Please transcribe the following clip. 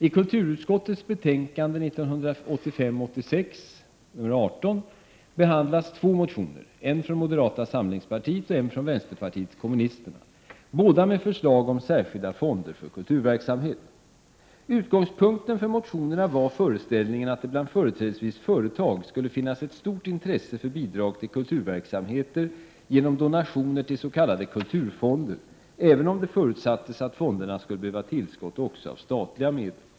I kulturutskottets betänkande 1985/86:18 behandlas två motioner, en från moderata samlingspartiet och en från vänsterpartiet kommunisterna, båda med förslag om särskilda fonder för kulturverksamhet. Utgångspunkten för motionerna var föreställningen att det bland företrädesvis företag skulle finnas ett stort intresse för bidrag till kulturverksamheter genom donationer till s.k. kulturfonder, även om det förutsattes att fonderna skulle behöva tillskott också av statliga medel.